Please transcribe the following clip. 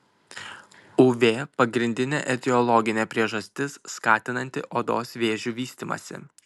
uv pagrindinė etiologinė priežastis skatinanti odos vėžių vystymąsi